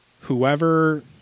Whoever